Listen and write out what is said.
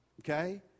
okay